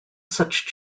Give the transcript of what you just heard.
such